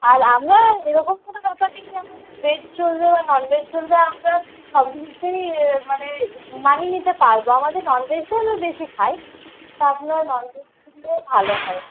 আর আমরা এরকম কোনো ব্যাপার নেই যে আমাদের ভেজ চলবে বা ননভেজ চলবে আমরা সবকিছুতেই মানে মানিয়ে নিতে পারবো আমাদের ননভেজটাই আমরা বেশি খাই তা আপনার ননভেজ করলে ভালো হয়